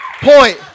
point